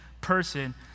person